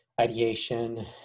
ideation